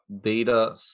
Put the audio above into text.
data